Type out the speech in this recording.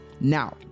Now